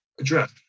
address